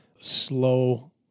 slow